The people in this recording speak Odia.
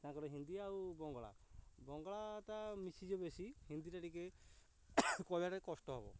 ତାଙ୍କର ହିନ୍ଦୀ ଆଉ ବଙ୍ଗଳା ବଙ୍ଗଳାଟା ମିଶିଯିବ ବେଶୀ ହିନ୍ଦୀଟା ଟିକେ କହିବାଟା କଷ୍ଟ ହବ